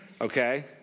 okay